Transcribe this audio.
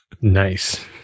Nice